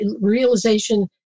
Realization